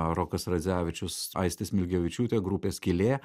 rokas radzevičius aistė smilgevičiūtė grupė skylė